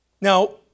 Now